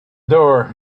door